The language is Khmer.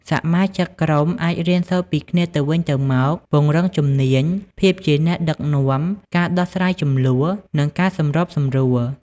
សមាជិកក្រុមអាចរៀនសូត្រពីគ្នាទៅវិញទៅមក ពង្រឹងជំនាញភាពជាអ្នកដឹកនាំ ការដោះស្រាយជម្លោះ និងការសម្របសម្រួល។